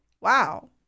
wow